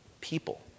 people